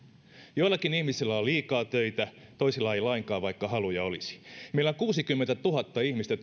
joillakin ihmisillä on liikaa töitä toisilla ei lainkaan vaikka haluja olisi meillä on työkyvyttömyyseläkkeellä kuusikymmentätuhatta ihmistä